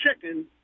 chicken